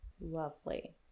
Lovely